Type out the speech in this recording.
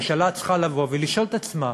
ממשלה צריכה לבוא ולשאול את עצמה: